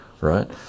Right